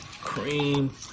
cream